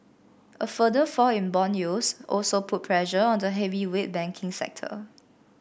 a further fall in bond yields also put pressure on the heavyweight banking sector